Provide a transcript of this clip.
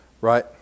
Right